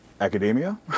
Academia